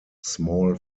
small